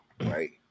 right